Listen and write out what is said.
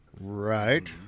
Right